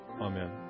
Amen